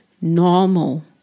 normal